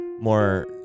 more